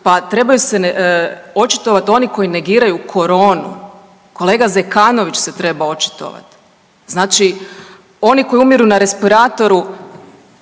Pa trebaju se očitovat oni koji negiraju koronu. Kolega Zekanović se treba očitovat. Znači oni koji umiru na respiratoru